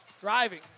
Driving